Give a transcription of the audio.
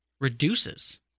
reduces